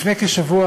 לפני כשבוע